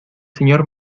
señor